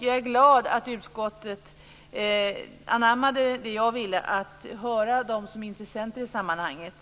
Jag är glad att utskottet anammade det som jag ville, att höra intressenter i sammanhanget.